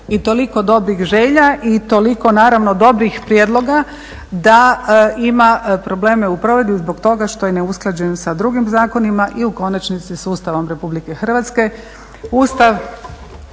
i toliko dobrih želja i toliko naravno dobrih prijedloga da ima probleme u provedbi zbog toga što je neusklađen sa drugim zakonima i u konačnici sa Ustavom Republike Hrvatske. Ustav